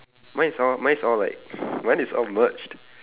mine is all mine is all like mine is all merged